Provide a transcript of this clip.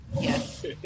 yes